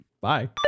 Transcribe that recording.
bye